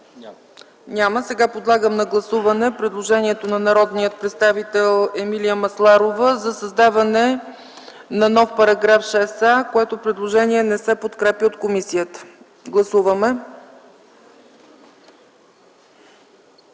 Няма. Подлагам на гласуване предложението на народния представител Емилия Масларова за създаване на нов § 6а, което не се подкрепя от комисията. Гласували